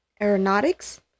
Aeronautics